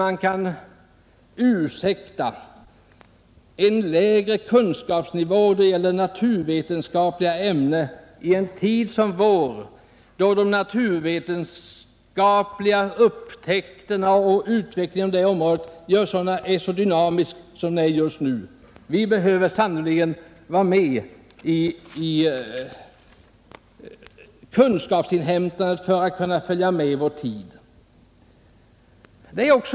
Man kan inte ursäkta en lägre kunskapsnivå i en tid som vår, då utvecklingen inom de naturvetenskapliga ämnena är så dynamisk. Vi behöver sannerligen ha kunskaper för att kunna följa med vår tid.